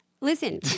Listen